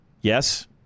yes